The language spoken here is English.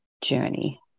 journey